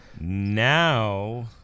Now